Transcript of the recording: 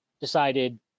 decided